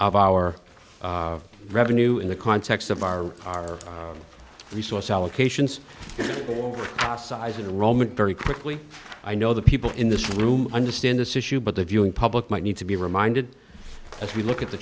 of our revenue in the context of our our resource allocations our size and roman very quickly i know the people in this room understand this issue but the viewing public might need to be reminded as we look at the